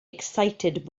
excited